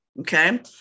okay